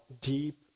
deep